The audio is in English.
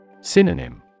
Synonym